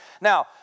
Now